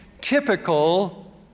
typical